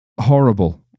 horrible